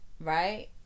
right